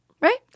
right